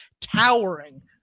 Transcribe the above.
towering